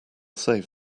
save